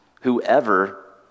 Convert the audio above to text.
whoever